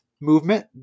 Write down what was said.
movement